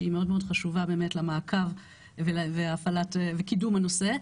שהיא מאוד מאוד חשובה באמת למעקב ולהפעלת קידום הנושא.